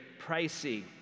pricey